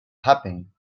happening